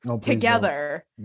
together